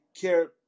care